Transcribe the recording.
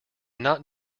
not